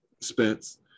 Spence